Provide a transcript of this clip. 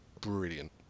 brilliant